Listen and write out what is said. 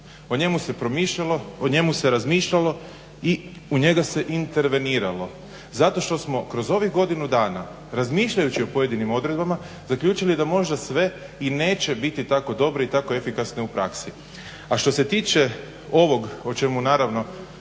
o njemu se promišljalo, o njemu se razmišljalo i u njega se interveniralo zato što smo kroz ovih godinu dana razmišljajući o pojedinim odredbama zaključili da možda sve i neće biti tako dobro i tako efikasno u praksi. A što se tiče ovog o čemu naravno,